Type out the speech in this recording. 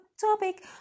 Topic